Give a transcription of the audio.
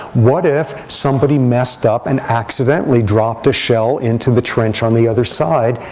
what if somebody messed up and accidentally dropped a shell into the trench on the other side?